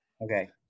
Okay